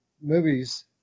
movies